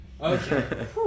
Okay